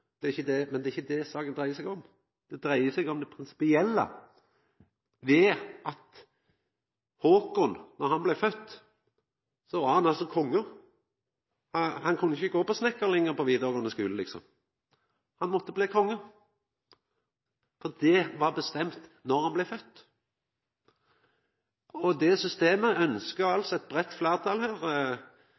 men det er ikkje det saka dreier seg om. Det dreier seg om det prinsipielle ved at Haakon er fødd til å bli konge. Han kunne ikkje gå på snikkarlinja på vidaregåande skule – han måtte bli konge. Det var bestemt då han blei fødd. Det systemet ønskjer altså eit breitt fleirtal her,